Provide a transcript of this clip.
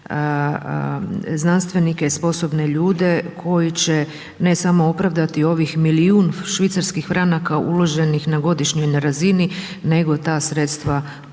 znanstvenike i sposobne ljude koji će ne samo opravdati ovih milijun švicarskih franaka uloženih na godišnjoj razini nego ta sredstva